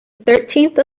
thirteenth